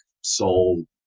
soul